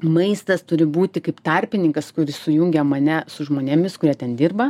maistas turi būti kaip tarpininkas kuris sujungia mane su žmonėmis kurie ten dirba